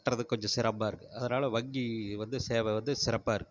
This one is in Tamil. கட்டுறதுக்கு கொஞ்சம் சிரமமாக இருக்குது அதனால் வங்கி வந்து சேவை வந்து சிறப்பாக இருக்குது